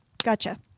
Gotcha